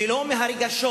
ולא מהרגשות